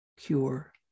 cure